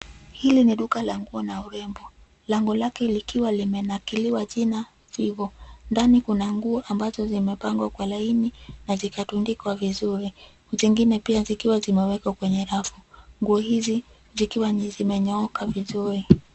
Hili ni duka la nguo na urembo lango lake likiwa limenakiliwa jina Vivo . Ndani kuna nguo ambazo zimepangwa kwa laini na zikatundika vizuri zingine pia zikiwa zimewekwa kwenye rafu, nguo hizi zikiwa zimenyooka vizuri.